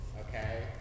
okay